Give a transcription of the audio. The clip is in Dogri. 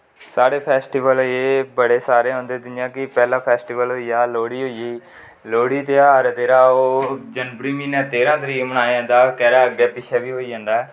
साढ़े फैस्टीबल ऐ बड़े सारे होंदे जि'यां कि पैह्ला फैस्टीबल होई गेआ लोह्डी होई गेई लोह्डी तेहार ऐ जेह्ड़ा ओह् जनबरी म्हीनै तेह्रां तरीक मनाया जंदा ऐ